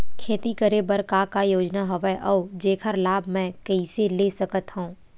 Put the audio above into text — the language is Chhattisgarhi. खेती करे बर का का योजना हवय अउ जेखर लाभ मैं कइसे ले सकत हव?